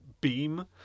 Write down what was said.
beam